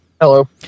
Hello